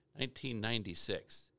1996